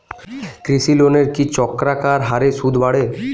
কৃষি লোনের কি চক্রাকার হারে সুদ বাড়ে?